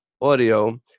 audio